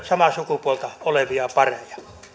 samaa sukupuolta olevia pareja